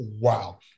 wow